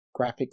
graphics